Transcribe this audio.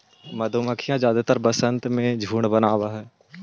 मधुमक्खियन जादेतर वसंत में झुंड बनाब हई